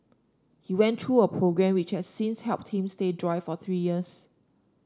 he went through a programme which has since helped him stay dry for three years